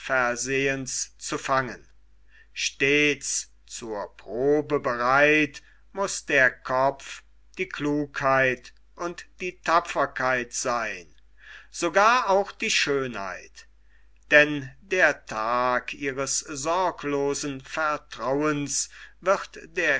unversehens zu fangen stets zur probe bereit muß der kopf die klugheit und die tapferkeit seyn sogar auch die schönheit denn der tag ihres sorglosen vertrauens wird der